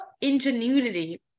Ingenuity